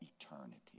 eternity